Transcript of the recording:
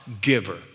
giver